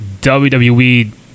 WWE